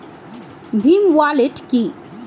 Bhim wallet কি?